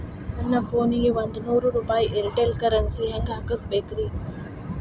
ನನ್ನ ಫೋನಿಗೆ ಒಂದ್ ನೂರು ರೂಪಾಯಿ ಏರ್ಟೆಲ್ ಕರೆನ್ಸಿ ಹೆಂಗ್ ಹಾಕಿಸ್ಬೇಕ್ರಿ?